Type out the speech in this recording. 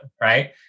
Right